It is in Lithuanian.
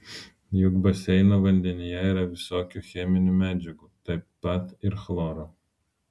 juk baseino vandenyje yra visokių cheminių medžiagų taip pat ir chloro